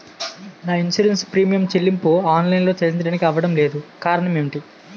నా insurance premium చెల్లింపు online లో చెల్లించడానికి అవ్వడం లేదు కారణం ఏమిటి?